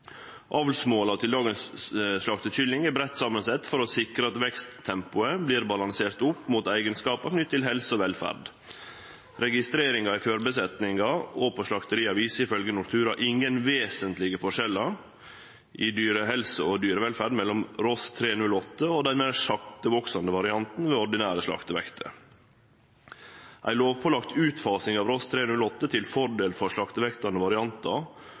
Avlsmåla til dagens slaktekylling er breitt samansette for å sikre at veksttempoet vert balansert opp mot eigenskapar knytte til helse og velferd. Registreringar i fjørfebesetningar og på slakteria viser, ifølgje Nortura, ingen vesentlege forskjellar i dyrehelse og dyrevelferd mellom Ross 308 og den meir sakteveksande varianten ved ordinære slaktevekter. Ei lovpålagd utfasing av Ross 308 til fordel for sakteveksande variantar